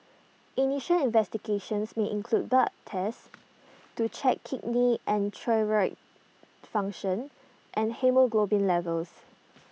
initial investigations may include blood tests to check kidney and thyroid function and haemoglobin levels